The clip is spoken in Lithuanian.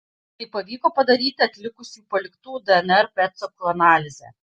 tai pavyko padaryti atlikus jų paliktų dnr pėdsakų analizę